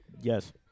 Yes